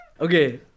Okay